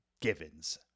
givens